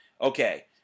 okay